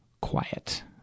quiet